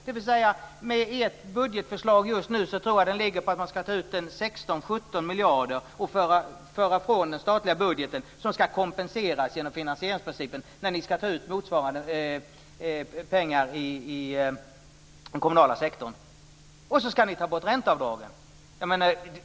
Med ert budgetförslag tror jag att man ska ta ut 16-17 miljarder och föra på den i den statliga budgeten som ska kompenseras genom finansieringsprincipen när ni ska ta ut motsvarande pengar i den kommunala sektorn. Och så ska ni ta bort ränteavdragen.